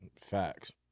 Facts